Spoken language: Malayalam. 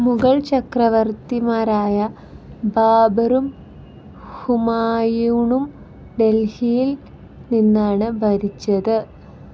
മുഗൾ ചക്രവർത്തിമാരായ ബാബറും ഹുമായൂണും ഡൽഹിയിൽ നിന്നാണ് ഭരിച്ചത്